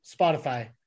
Spotify